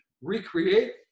recreate